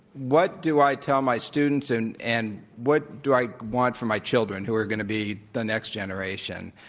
what do i tell my students, and and what do i want for my children who are going to be the next generation?